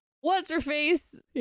what's-her-face